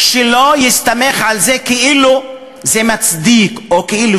שלא יסתמך על זה כאילו זה מצדיק או כאילו